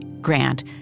Grant